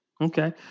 Okay